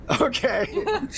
Okay